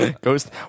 ghost